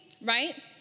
right